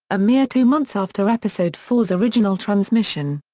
a mere two months after episode four s original transmission.